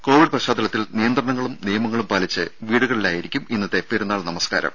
Covid പശ്ചാത്തലത്തിൽ നിയന്ത്രണങ്ങളും നിയമങ്ങളും പാലിച്ച് വീടുകളിലായിരിക്കും ഇന്നത്തെ പെരുന്നാൾ നമസ്കാരം